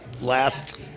last